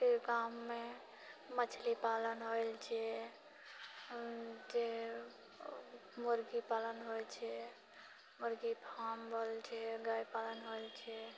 अहाँकेँ गाममे मछली पालन होइत छै जे मुर्गी पालन होइत छै मुर्गी फार्म बोलए छै गाय पालन होइत छै